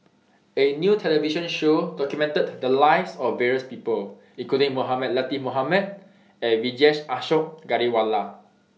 A New television Show documented The Lives of various People including Mohamed Latiff Mohamed and Vijesh Ashok Ghariwala